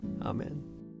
Amen